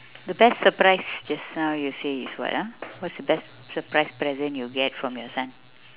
the best surprise just now you say is what ah what's the best surprise present you get from your son